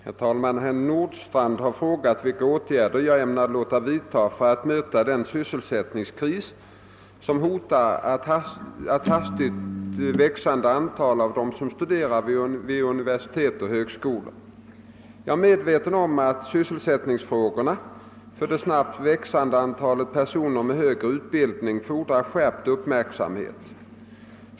Herr talman! Herr Nordstrandh har frågat vilka åtgärder jag ämnar låta vidta för att möta den sysselsättningskris som nu hotar ett hastigt växande antal av dem som studerar vid universitet och högskolor. Jag är medveten om att sysselsättningsfrågorna för det snabbt växande antalet personer med högre utbildning fordrar skärpt uppmärksamhet.